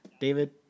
David